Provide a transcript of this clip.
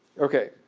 ok.